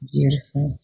Beautiful